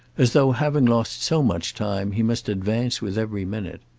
as though, having lost so much time, he must advance with every minute.